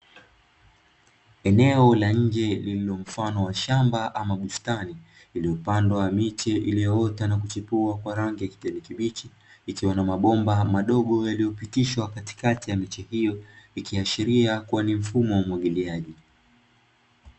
Eneo la nje lililo mfano wa shamba ama bustani, iliyopandwa miche iliyoota na kuchipua kwa rangi ya kijani kibichi. Ikiwa na mabomba madogo yaliyopitishwa katikati ya miche hiyo, ikiashiria kuwa ni mfumo wa umwagiliaji.